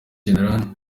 gen